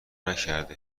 نکرده